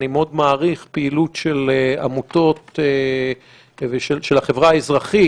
אני מאוד מעריך פעילות של עמותות ושל החברה האזרחית,